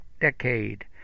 decade